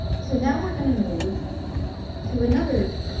so now we're going to move to another